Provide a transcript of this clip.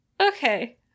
Okay